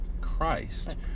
Christ